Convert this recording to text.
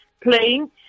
playing